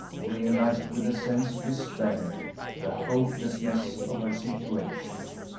realized with a sense of despair the hopelessness of her situation.